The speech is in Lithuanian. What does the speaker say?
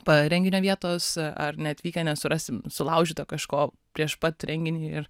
renginio vietos ar neatvykę nesurasim sulaužyto kažko prieš pat renginį ir